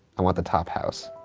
i want the top house.